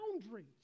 boundaries